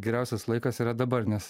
geriausias laikas yra dabar nes